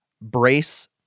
brace